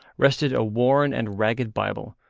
rested a worn and ragged bible,